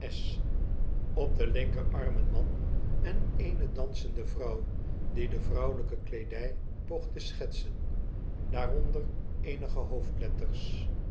op den linkerarm een man en eene dansende vrouw die de vrouwelijke kleedij poogt te schetsen daaronder eenige hoofdletters